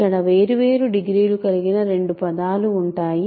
ఇక్కడ వేర్వేరు డిగ్రీలు కలిగిన రెండు పదాలు ఉంటాయి